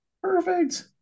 perfect